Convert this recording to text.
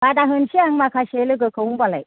बादा होनोसै आं माखासे लोगोखौ होम्बालाय